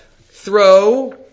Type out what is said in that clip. throw